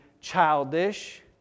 childish